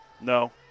No